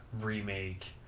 remake